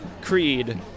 creed